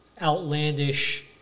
outlandish